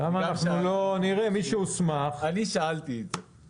גם אני שאלתי את זה.